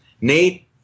Nate